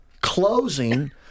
closing